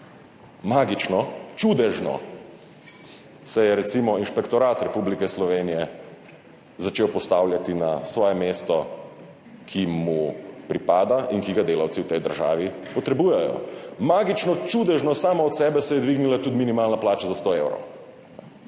Magično, čudežno se je recimo Inšpektorat Republike Slovenije začel postavljati na svoje mesto, ki mu pripada in ki ga delavci v tej državi potrebujejo. Magično, čudežno, sama od sebe se je dvignila tudi minimalna plača za 100 evrov.